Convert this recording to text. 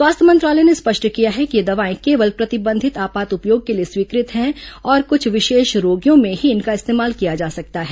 स्वास्थ्य मंत्रालय ने स्पष्ट किया कि ये दवाए केवल प्रतिबंधित आपात उपयोग के लिए स्वीकृत हैं और कुछ विशेष रोगियों में ही इनका इस्तेमाल किया जा सकता है